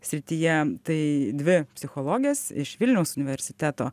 srityje tai dvi psichologės iš vilniaus universiteto